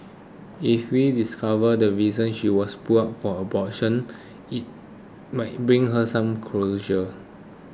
if we discover the reason she was put up for adoption it might bring her some closure